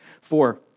Four